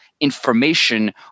information